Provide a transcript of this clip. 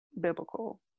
biblical